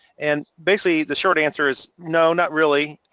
and basically the short answer is no, not really,